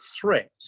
threat